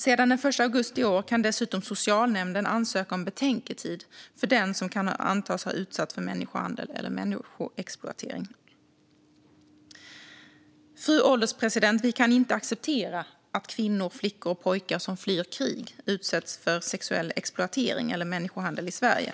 Sedan den 1 augusti i år kan dessutom socialnämnden ansöka om betänketid för den som kan antas ha utsatts för människohandel eller människoexploatering. Fru ålderspresident! Vi kan inte acceptera att kvinnor, flickor och pojkar som flyr krig utsätts för sexuell exploatering eller människohandel i Sverige.